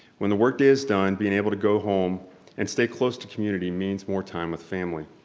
when the workday is done, being able to go home and stay close to community means more time with family.